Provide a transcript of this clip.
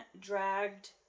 dragged